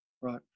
right